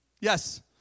Yes